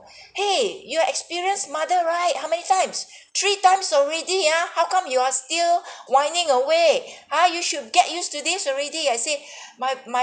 !hey! you are experienced mother right how many times three times already ah how come you are still whining away ha you should get used to this already I say my my